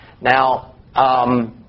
Now